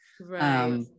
Right